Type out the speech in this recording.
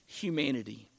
humanity